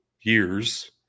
years